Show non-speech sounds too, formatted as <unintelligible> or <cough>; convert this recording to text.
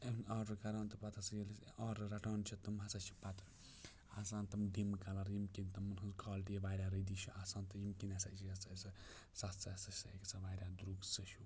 أمۍ آرڈَر کَران تہٕ پَتہٕ ہَسا ییٚلہِ أسۍ آرڈَر رَٹان چھِ تِم ہَسا چھِ پَتہٕ آسان تِم ڈِم کَلَر ییٚمہِ کِنۍ تِمَن ہنٛز کوالٹی واریاہ رٔدی چھِ آسان تہٕ ییٚمہِ کِنۍ ہَسا چھِ <unintelligible> سُہ ہَسا چھِ گژھان واریاہ درٛوٚگ سُہ ہیو